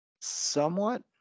Somewhat